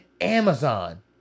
Amazon